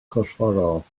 corfforol